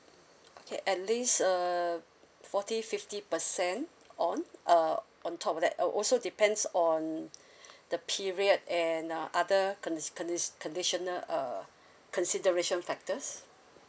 okay at least err forty fifty percent on uh on top of that uh also depends on the period and uh other condis~ condis~ conditional err consideration factors